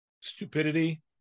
Stupidity